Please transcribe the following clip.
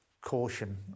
Caution